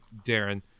darren